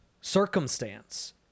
circumstance